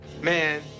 Man